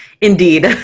Indeed